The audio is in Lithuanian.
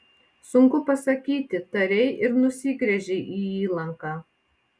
sunku pasakyti tarei ir nusigręžei į įlanką